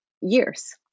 years